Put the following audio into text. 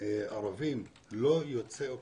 ערבים לא יוצא.